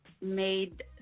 made